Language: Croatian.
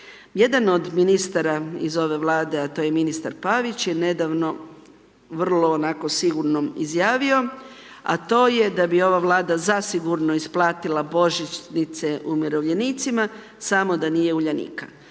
Jedan od ministara iz ove Vlade a to je ministar Pavić je nedavno, vrlo onako sigurno izjavi a to je da bi ova Vlada zasigurno isplatila božićnice umirovljenicima samo da nije Uljanika